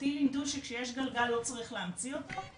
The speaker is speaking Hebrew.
ואותי לימדו שכשיש גלגל לא צריך להמציא אותו,